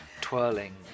twirling